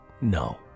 No